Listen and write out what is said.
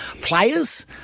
players